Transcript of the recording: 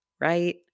right